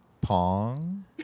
Pong